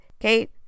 okay